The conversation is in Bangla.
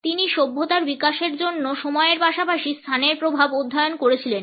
তিনি সভ্যতার বিকাশের জন্য সময়ের পাশাপাশি স্থানের প্রভাব অধ্যয়ন করেছিলেন